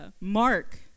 Mark